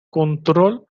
control